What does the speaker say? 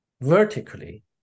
vertically